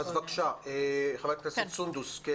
אז, בבקשה, חברת הכנסת סונדוס.